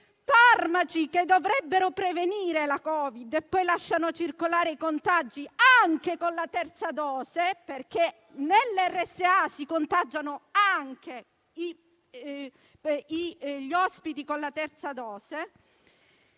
Farmaci che dovrebbero prevenire il Covid, e poi lasciano circolare i contagi anche con la terza dose - nelle RSA si contagiano anche gli ospiti con la terza dose,